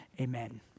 Amen